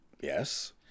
Yes